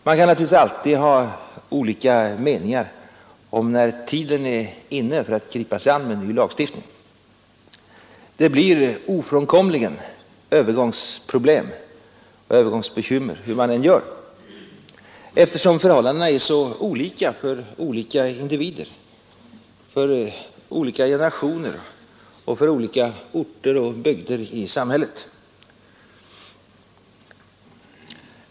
Man kan naturligtvis alltid ha olika meningar om när tiden är inne för att gripa sig an med en ny lagstiftning. Det blir ofrånkomligen övergångsproblem och övergångsbekymmer hur man än gör, eftersom förhållandena är så olika för olika individer, för olika generationer och för olika orter och bygder i samhället.